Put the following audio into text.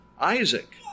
Isaac